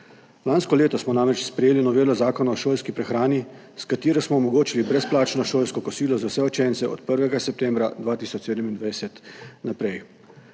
Lansko leto smo namreč sprejeli novelo Zakona o šolski prehrani, s katero smo omogočili brezplačno šolsko kosilo za vse učence od 1. septembra 2027 naprej.